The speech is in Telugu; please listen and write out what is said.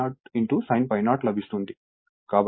Im I0 sin∅0 లభిస్తుంది